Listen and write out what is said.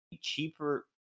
cheaper